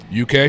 UK